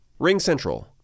RingCentral